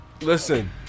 Listen